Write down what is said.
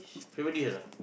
favourite dish ah